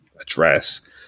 address